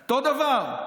אותו דבר.